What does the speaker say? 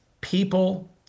people